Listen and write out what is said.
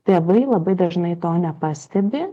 tėvai labai dažnai to nepastebi